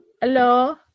Hello